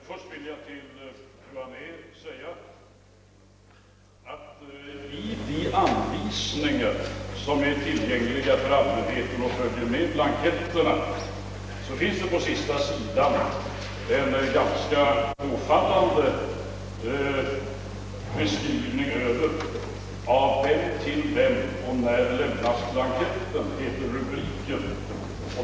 Först vill jag säga till fru Anér att i de anvisningar som är tillgängliga för allmänheten och följer med blanketterna finns på sista sidan en ganska iögonfaliande rubrik »Av vem, till vem och när lämnas blanketten».